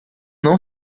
não